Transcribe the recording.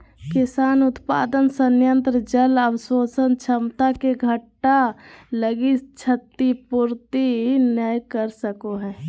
किसान उत्पादन संयंत्र जल अवशोषण क्षमता के घटा लगी क्षतिपूर्ति नैय कर सको हइ